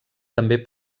també